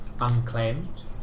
unclaimed